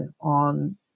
on